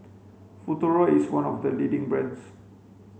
futuro is one of the leading brands